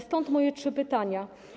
Stąd moje trzy pytania.